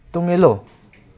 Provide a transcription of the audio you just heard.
ꯇꯨꯡ ꯏꯜꯂꯨ